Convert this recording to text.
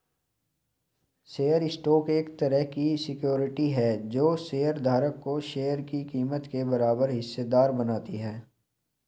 share stock एक तरह की सिक्योरिटी है जो शेयर धारक को शेयर की कीमत के बराबर हिस्सेदार बनाती है